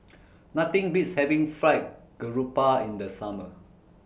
Nothing Beats having Fried Garoupa in The Summer